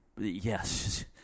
yes